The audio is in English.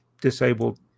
disabled